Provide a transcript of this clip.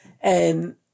and-